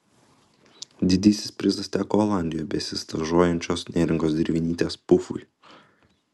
didysis prizas teko olandijoje besistažuojančios neringos dervinytės pufui